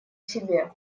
себе